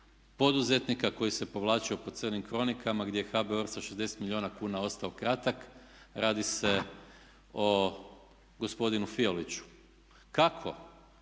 poduzetnika koji se povlačio po crnim kronikama gdje je HBOR sa 60 milijuna kuna ostao kratak, radi se o gospodinu Fioliću. Kako